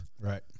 Right